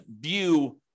view